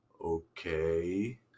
okay